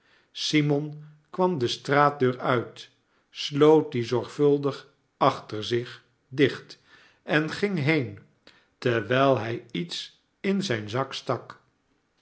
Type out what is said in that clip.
simon kwam de straatdeur uit sloot die zorgvuldig achter zich dicht en ging heen terwijl hij iets in zijn zak stak